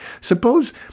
Suppose